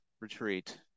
retreat